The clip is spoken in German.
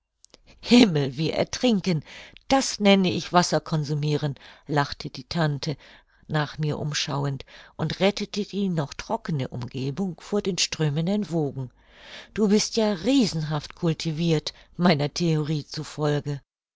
himmel wir ertrinken das nenne ich wasser consumiren lachte die tante nach mir umschauend und rettete die noch trockne umgebung vor den strömenden wogen du bist ja riesenhaft cultivirt meiner theorie zu